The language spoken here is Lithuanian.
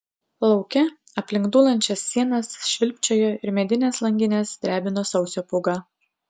lauke aplink dūlančias sienas švilpčiojo ir medines langines drebino sausio pūga